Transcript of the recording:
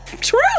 true